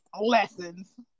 lessons